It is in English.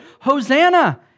Hosanna